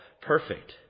perfect